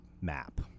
map